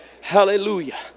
hallelujah